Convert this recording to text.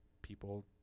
people